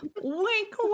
wink